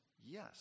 Yes